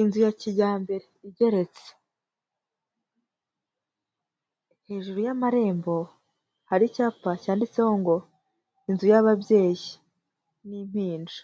Inzu ya kijyambere igeretse, hejuru y'amarembo hari icyapa cyanditseho ngo inzu y'ababyeyi n'impinja,